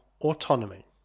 autonomy